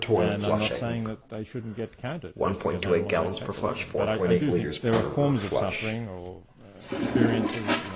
and i'm not saying that they shouldn't get counted, just because animals aren't capable of them. but i do think there are forms of suffering, or experiences, you know